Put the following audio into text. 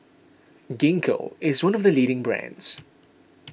Gingko is one of the leading brands